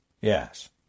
Yes